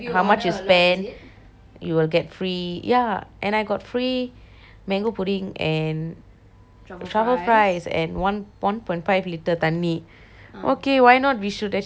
you will get free ya and I got free mango pudding and truffle fries and one one point five litre தண்ணி:thanni okay why not we should actually just collect that also